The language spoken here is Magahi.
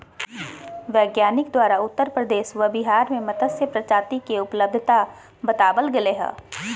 वैज्ञानिक द्वारा उत्तर प्रदेश व बिहार में मत्स्य प्रजाति के उपलब्धता बताबल गले हें